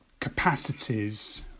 capacities